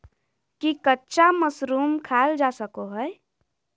की कच्चा मशरूम खाल जा सको हय?